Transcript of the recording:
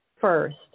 first